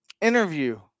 interview